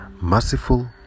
merciful